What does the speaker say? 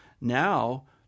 now